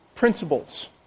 Principles